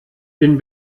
bin